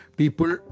people